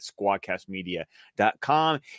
squadcastmedia.com